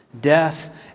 death